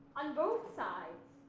on both sides.